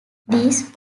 these